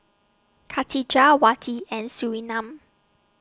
Khatijah Wati and Surinam